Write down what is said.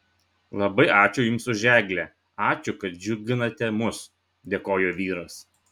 labai ačiū jums už eglę ačiū kad džiuginate mus dėkojo vyras